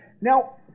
Now